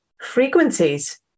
frequencies